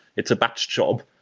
it's a batch job.